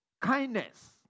kindness